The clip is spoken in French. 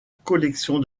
collection